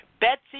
Betsy